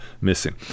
missing